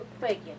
faking